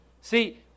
See